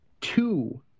two –